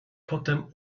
potem